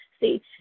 See